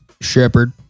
Shepard